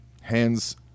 Hands